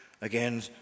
again